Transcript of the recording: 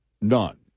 none